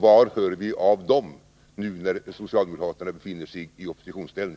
Vad hör vi av dessa nu när socialdemokraterna befinner sig i oppositionsställning?